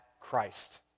Christ